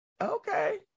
okay